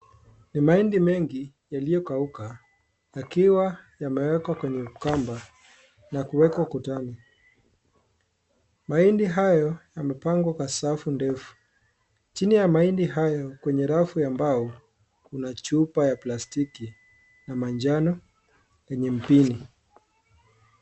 Ni mahindi mengi yaliyo kauka yakiwa yamewekwa kwenye kamba na kuwekwa ukutani, mahindi hayo yamepangwa kwa safu ndefu, chini ya mahindi hayo kwenye rafu ya mbao kuna chupa ya plastiki ya manjano yenye mpini.